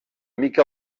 mica